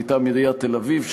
מטעם עיריית תל-אביב,